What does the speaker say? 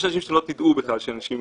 יש אנשים שאתם לא תדעו בכלל שהם אנשים עם